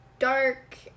dark